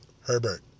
Herbert